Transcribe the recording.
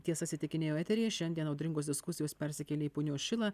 tiesas įtikinėjo eteryje šiandien audringos diskusijos persikėlė į punios šilą